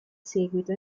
seguito